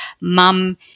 mum